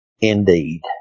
indeed